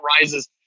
rises